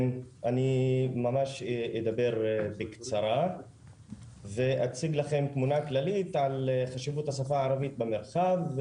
אני ממש אדבר בקצרה ואציג לכם תמונה כללית על חשיבות השפה הערבית במחרב.